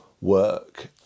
work